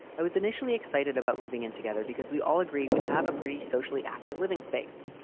i was initially excited about moving in together because we all agreed we'd have a pretty socially active living space.